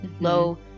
low